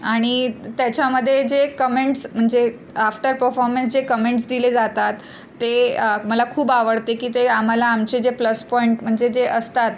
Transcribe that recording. आणि त त्याच्यामध्ये जे कमेंट्स म्हणजे आफ्टर पफॉर्मन्स जे कमेंट्स दिले जातात ते मला खूप आवडते की ते आम्हाला आमचे जे प्लस पॉईंट म्हणजे जे असतात